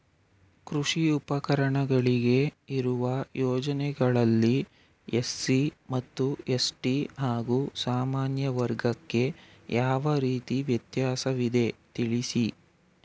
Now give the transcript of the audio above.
ಕೃಷಿ ಉಪಕರಣಗಳಿಗೆ ಇರುವ ಯೋಜನೆಗಳಲ್ಲಿ ಎಸ್.ಸಿ ಮತ್ತು ಎಸ್.ಟಿ ಹಾಗೂ ಸಾಮಾನ್ಯ ವರ್ಗಕ್ಕೆ ಯಾವ ರೀತಿ ವ್ಯತ್ಯಾಸವಿದೆ ತಿಳಿಸಿ?